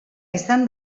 izan